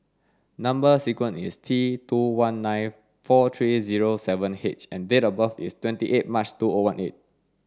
number sequence is T two one nine four three zero seven H and date of birth is twenty eight March two O one eight